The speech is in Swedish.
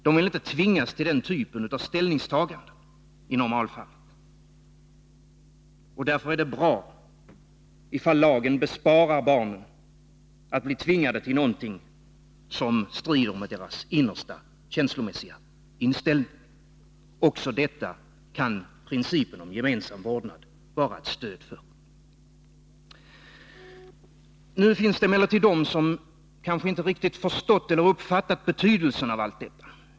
De vill inte tvingas till den typen av ställningstaganden i normalfallen. Därför är det bra ifall lagen besparar barnen att bli tvingade till någonting som strider mot deras innersta känslomässiga inställning. Också detta kan principen om gemensam vårdnad vara ett stöd för. Nu finns det emellertid de som kanske inte riktigt förstått eller uppfattat betydelsen av allt detta.